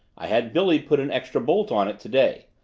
i had billy put an extra bolt on it today.